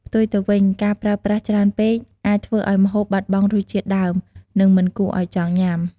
ផ្ទុយទៅវិញ ការប្រើប្រាស់ច្រើនពេកអាចធ្វើឱ្យម្ហូបបាត់បង់រសជាតិដើម និងមិនគួរឱ្យចង់ញ៉ាំ។